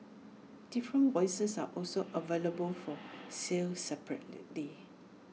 different voices are also available for sale separately